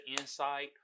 insight